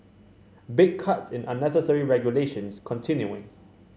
big cuts in unnecessary regulations continuing